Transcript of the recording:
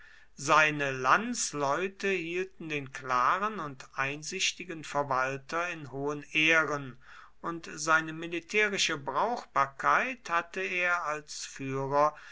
seine landsleute hielten den klaren und einsichtigen verwalter in hohen ehren und seine militärische brauchbarkeit hatte er als führer